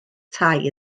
tai